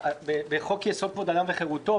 בחוק יסוד: כבוד האדם וחירותו,